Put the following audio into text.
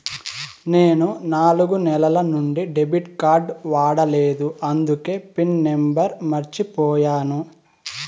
నేను నాలుగు నెలల నుంచి డెబిట్ కార్డ్ వాడలేదు అందికే పిన్ నెంబర్ మర్చిపోయాను